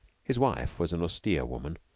his wife was an austere woman,